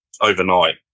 overnight